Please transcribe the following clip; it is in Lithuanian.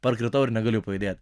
parkritau ir negaliu pajudėt